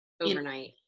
overnight